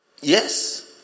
Yes